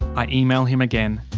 i email him again.